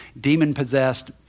demon-possessed